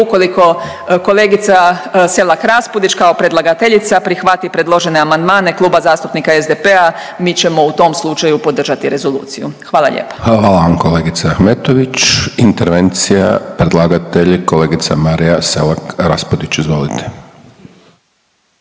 ukoliko kolegica Selak Raspudić kao predlagateljica prihvati predložene amandmane Kluba zastupnika SDP-a, mi ćemo u tom slučaju podržati rezoluciju. Hvala lijepa. **Hajdaš Dončić, Siniša (SDP)** Hvala vam kolegice Ahmetović. Intervencija, predlagatelj, kolegica Marija Selak Raspudić, izvolite.